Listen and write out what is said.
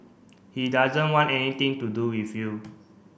he doesn't want anything to do with you